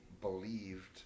believed